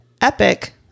epic